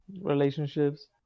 relationships